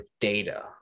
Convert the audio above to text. data